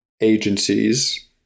agencies